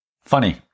Funny